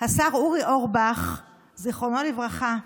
השר אורי אורבך, זיכרונו לברכה,